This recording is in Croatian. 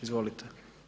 Izvolite.